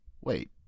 Wait